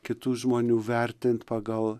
kitų žmonių vertint pagal